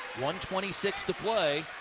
one twenty six to play.